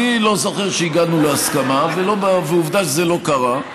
אני לא זוכר שהגענו להסכמה, ועובדה שזה לא קרה.